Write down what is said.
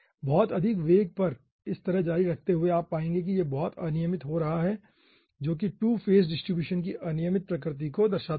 बहुत अधिक वेग पर इस तरह जारी रखते हुए आप पाएंगे कि यह बहुत अनियमित हो रहा है जो कि 2 फेज डिस्ट्रीब्यूशन की अनियमित प्रकृति को दर्शाता है